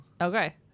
Okay